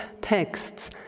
texts